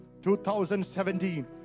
2017